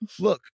look